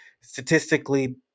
Statistically